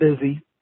busy